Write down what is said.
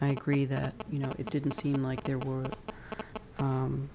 i agree that you know it didn't seem like there were